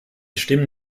stimmen